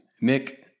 Nick